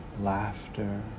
laughter